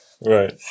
Right